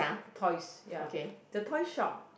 toys ya the toy shop